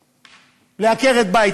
עקרת-בית.